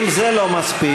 אם זה לא מספיק,